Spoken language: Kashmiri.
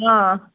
آ